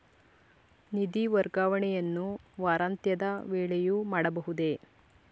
ನಿಧಿ ವರ್ಗಾವಣೆಯನ್ನು ವಾರಾಂತ್ಯದ ವೇಳೆಯೂ ಮಾಡಬಹುದೇ?